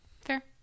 Fair